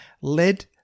led